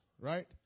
right